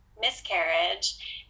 miscarriage